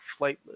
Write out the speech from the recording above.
flightless